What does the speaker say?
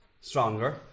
stronger